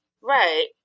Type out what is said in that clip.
right